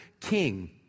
king